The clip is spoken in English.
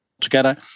together